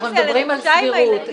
אנחנו מדברים על סבירות.